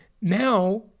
now